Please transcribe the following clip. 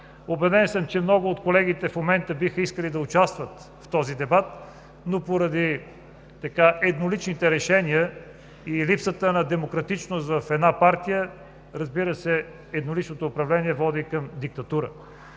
Убеден съм, че много от колегите в момента биха искали да участват в този дебат, но поради едноличните решения и липсите на демократичност в една партия, разбира се, едноличното управление води към диктатура.